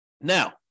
Now